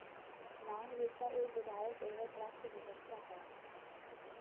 मांग ऋण का एक उदाहरण ओवरड्राफ्ट व्यवस्था है